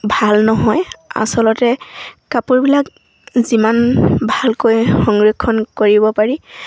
ভাল নহয় আচলতে কাপোৰবিলাক যিমান ভালকৈ সংৰক্ষণ কৰিব পাৰি